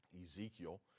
Ezekiel